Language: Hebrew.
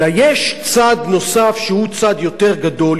אלא יש צד נוסף שהוא צד יותר גדול,